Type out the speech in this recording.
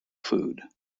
food